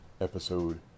episode